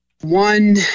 One